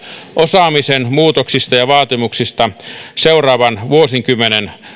osaamisen muutoksista ja vaatimuksista siitä miten niitä seuraavan vuosikymmenen